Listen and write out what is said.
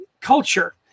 culture